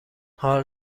حال